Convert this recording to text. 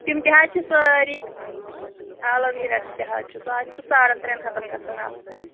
تِم تہِ حظ چھِ سٲرِی ایلوٗویرا تہِ حظ چھُ سُہ حظ چھُ ساڑن ترٛیَن ہََتن گژھان اکھ کُل